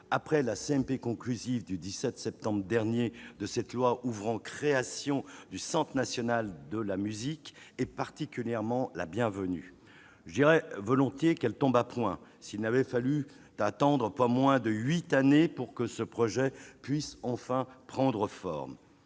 paritaire conclusive du 17 septembre dernier de cette proposition de loi ouvrant création du Centre national de la musique est particulièrement bienvenue. Je pourrais dire qu'elle tombe à point s'il n'avait fallu attendre pas moins de huit années pour que ce projet puisse enfin prendre forme.